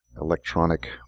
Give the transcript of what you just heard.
electronic